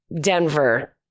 Denver